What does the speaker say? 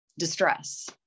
distress